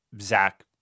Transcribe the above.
Zach